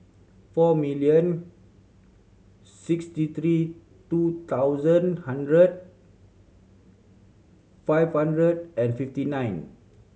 four million sixty three two thousand hundred five hundred and fifty nine